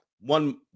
one